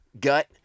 gut